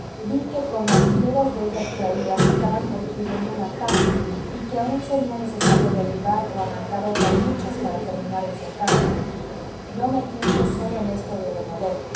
vi que con las piedras de ella extraídas estaban construyendo una tapia y que aun sería necesario derribar o arrancar otras muchas para terminar el cercado yo me pinto solo en esto de demoler